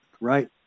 right